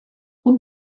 route